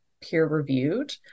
peer-reviewed